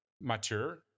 mature